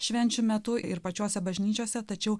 švenčių metu ir pačiose bažnyčiose tačiau